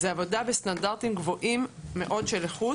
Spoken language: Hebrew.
זאת עבודה בסטנדרטים גבוהים מאוד של איכות